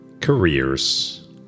careers